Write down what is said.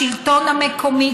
השלטון המקומי,